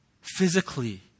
physically